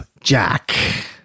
Jack